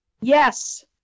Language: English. Yes